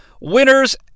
Winners